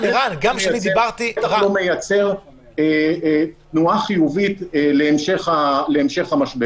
זה בטח לא מייצר תנועה חיובית להמשך המשבר הזה.